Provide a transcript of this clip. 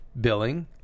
billing